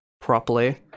properly